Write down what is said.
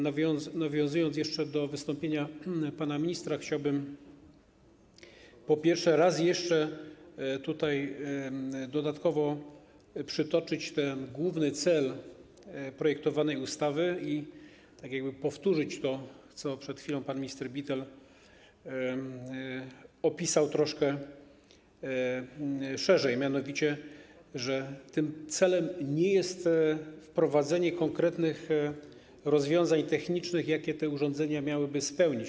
Nawiązując jeszcze do wystąpienia pana ministra, chciałbym, po pierwsze, raz jeszcze dodatkowo przytoczyć główny cel projektowanej ustawy i powtórzyć to, co przed chwilą pan minister Bittel opisał troszkę szerzej, a mianowicie że celem nie jest wprowadzenie konkretnych rozwiązań technicznych, które te urządzania miałyby spełniać.